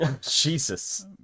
Jesus